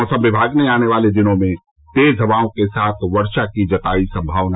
मौसम विभाग ने आने वाले दिनों में तेज हवाओं के साथ वर्षा की जतायी संभावना